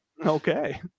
okay